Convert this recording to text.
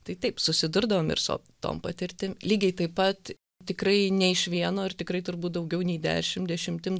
tai taip susidurdavom ir su tom patirtim lygiai taip pat tikrai ne iš vieno ir tikrai turbūt daugiau nei dešim dešimtim